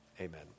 amen